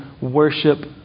worship